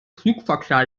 flugverkehr